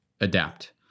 adapt